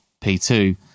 P2